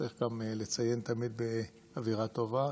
וצריך גם לציין שתמיד באווירה טובה.